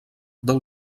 del